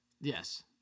Yes